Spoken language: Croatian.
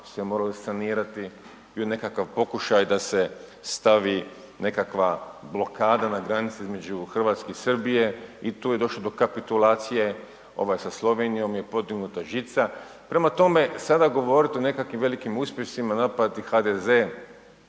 se moralo sanirati. Bio je nekakav pokušaj da se stavi nekakva blokada na granici između Hrvatske i Srbije i tu je došlo do kapitulacije, sa Slovenijom je podignuta žica, prema tome sada govoriti o nekakvim velikim uspjesima i napadati HDZ